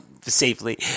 safely